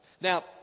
Now